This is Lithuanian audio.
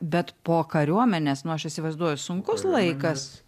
bet po kariuomenės nu aš įsivaizduoju sunkus laikas